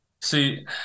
see